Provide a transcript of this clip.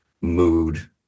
mood